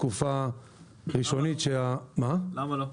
תקופה ראשונית --- למה לא?